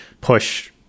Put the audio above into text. push